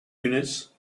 units